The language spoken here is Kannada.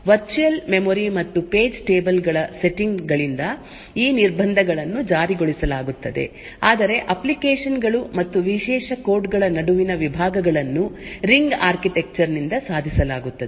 ವರ್ಚುಯಲ್ ಮೆಮೊರಿ ಮತ್ತು ಪೇಜ್ ಟೇಬಲ್ ಗಳ ಸೆಟ್ಟಿಂಗ್ ಗಳಿಂದ ಈ ನಿರ್ಬಂಧಗಳನ್ನು ಜಾರಿಗೊಳಿಸಲಾಗುತ್ತದೆ ಆದರೆ ಅಪ್ಲಿಕೇಶನ್ ಗಳು ಮತ್ತು ವಿಶೇಷ ಕೋಡ್ ಗಳ ನಡುವಿನ ವಿಭಾಗಗಳನ್ನು ರಿಂಗ್ ಆರ್ಕಿಟೆಕ್ಚರ್ ನಿಂದ ಸಾಧಿಸಲಾಗುತ್ತದೆ